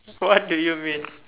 what do you mean